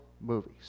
movies